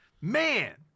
man